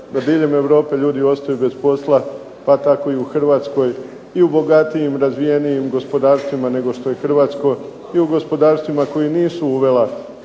da diljem Europe ljudi ostaju bez posla pa tako i u Hrvatskoj. I u bogatijim, razvijenijim gospodarstvima nego što je hrvatsko i u gospodarstvima koji nisu uvela